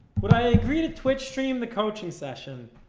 agree to twitchstream the coaching session?